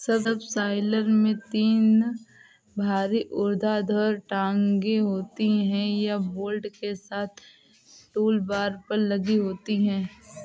subsoiler में तीन भारी ऊर्ध्वाधर टांगें होती हैं, यह बोल्ट के साथ टूलबार पर लगी होती हैं